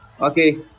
okay